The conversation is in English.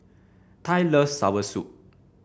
Ty loves soursop